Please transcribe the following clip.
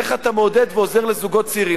איך אתה מעודד ועוזר לזוגות צעירים.